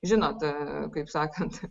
žinot kaip sakant